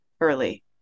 early